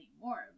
more